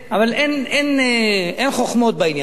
אבל אין חוכמות בעניין הזה.